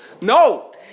No